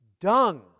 Dung